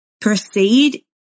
proceed